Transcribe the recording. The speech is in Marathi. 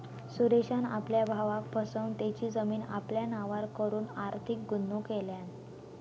सुरेशान आपल्या भावाक फसवन तेची जमीन आपल्या नावार करून आर्थिक गुन्हो केल्यान